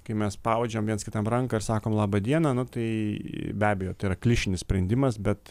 kai mes spaudžiam viens kitam ranką ir sakom laba diena na tai be abejo tai yra klišinis sprendimas bet